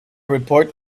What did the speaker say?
report